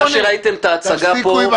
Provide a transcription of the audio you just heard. ההצגה שראיתם פה --- תפסיקו.